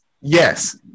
yes